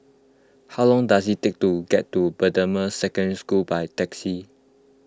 how long does it take to get to Bendemeer Secondary School by taxi